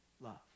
love